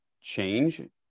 change